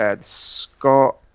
Scott